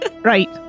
Right